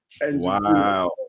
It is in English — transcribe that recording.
wow